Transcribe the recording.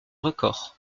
records